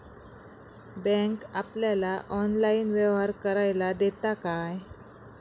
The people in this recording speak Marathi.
बँक आपल्याला ऑनलाइन व्यवहार करायला देता काय?